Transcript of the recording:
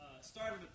started